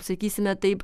sakysime taip